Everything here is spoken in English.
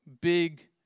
big